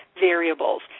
variables